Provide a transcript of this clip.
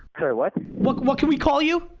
sorry what? what what can we call you?